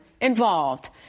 involved